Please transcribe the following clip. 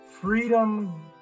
freedom